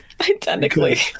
Identically